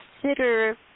consider